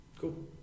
Cool